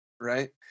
right